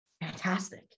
fantastic